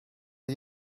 are